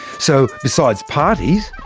so, besides parties,